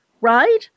Right